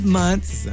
months